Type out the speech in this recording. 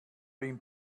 been